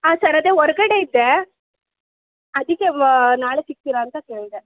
ಹಾಂ ಸರ್ ಅದೇ ಹೊರ್ಗಡೆ ಇದ್ದೆ ಅದಕ್ಕೆ ನಾಳೆ ಸಿಗ್ತೀರಾ ಅಂತ ಕೇಳಿದೆ